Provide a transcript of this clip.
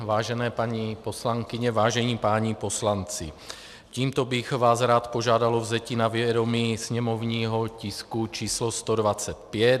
Vážené paní poslankyně, vážení páni poslanci, tímto bych vás rád požádal o vzetí na vědomí sněmovního tisku č. 125.